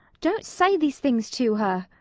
don't say these things to her.